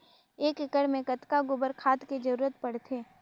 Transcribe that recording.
एक एकड़ मे कतका गोबर खाद के जरूरत पड़थे?